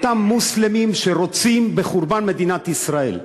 אותם מוסלמים שרוצים בחורבן מדינת ישראל.